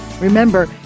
remember